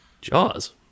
Jaws